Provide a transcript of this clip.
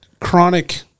chronic